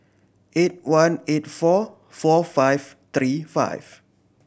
eight one eight four four five three five